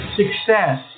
success